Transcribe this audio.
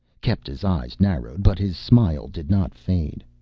kepta's eyes narrowed but his smile did not fade.